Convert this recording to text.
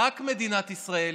רק מדינת ישראל